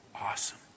awesome